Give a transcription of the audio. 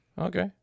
Okay